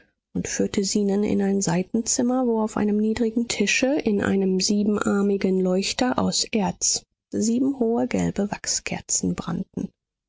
und führte zenon in ein seitenzimmer wo auf einem niedrigen tische in einem siebenarmigen leuchter aus erz sieben hohe gelbe wachskerzen brannten